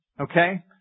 Okay